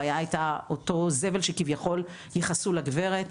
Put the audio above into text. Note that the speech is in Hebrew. הבעיה הייתה אותו זבל שכביכול ייחסו לגברת.